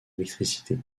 électricité